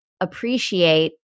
appreciate